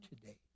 today